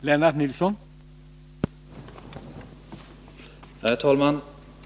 Herr talman!